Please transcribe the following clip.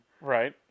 Right